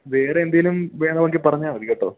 വേറേ എന്തെങ്കിലും വേണമെങ്കിൽ പറഞ്ഞാൽ മതി കേട്ടോ